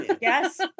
Yes